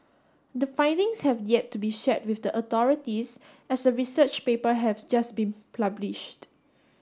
the findings have yet to be shared with the authorities as the research paper has just pulbished